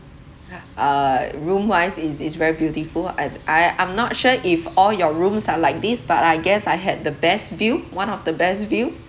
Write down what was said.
uh room wise it's it's very beautiful I've I I'm not sure if all your rooms are like this but I guess I had the best view one of the best view